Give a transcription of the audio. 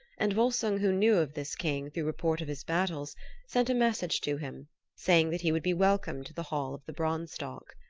and volsung who knew of this king through report of his battles sent a message to him saying that he would be welcome to the hall of the branstock.